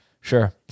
Sure